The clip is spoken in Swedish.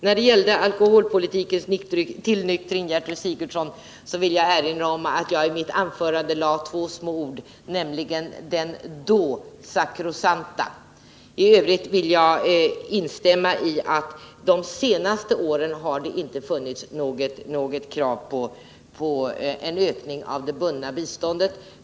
När det gäller alkoholpolitikens tillnyktring, Gertrud Sigurdsen, vill jag erinra om att jag i mitt anförande lade in två små ord, nämligen den ”då sakrosankta”. I övrigt vill jag instämma i att det de senaste åren inte har funnits något krav på en ökning av det bundna biståndet.